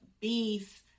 beef